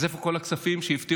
אז איפה כל הכספים שהבטיחו?